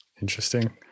Interesting